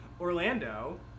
Orlando